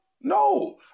No